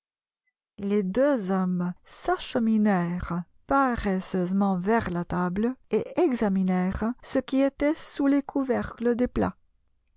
les deux hommes s'acheminèrent paresseusement vers la table et examinèrent ce qui était sous les couvercles des plats